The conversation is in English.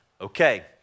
Okay